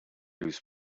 whose